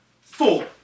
Four